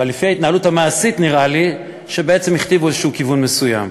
אבל לפי ההתנהלות המעשית נראה לי שבעצם הכתיבו איזשהו כיוון מסוים.